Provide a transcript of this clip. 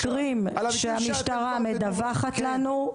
מקרים שהמשטרה מדווחת לנו,